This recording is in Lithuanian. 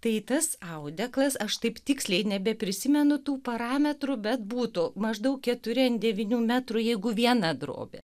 tai tas audeklas aš taip tiksliai nebeprisimenu tų parametrų bet būtų maždaug keturi ant devynių metrų jeigu viena drobė